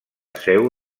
seu